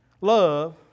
love